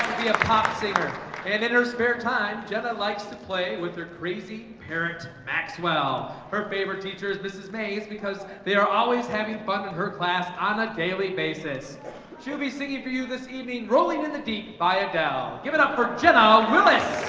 be a pop singer and in her spare time jenna likes to play with crazy parent maxwell her favorite teachers mrs mays because they are always having fun in her class on a daily basis she'll be singing for you this evening rolling in the deep by adele. give it up for jenna willis